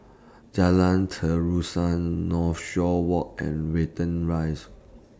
Jalan Terusan Northshore Walk and Watten Rise